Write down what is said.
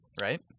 right